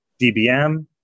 DBM